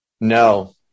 No